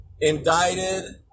indicted